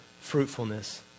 fruitfulness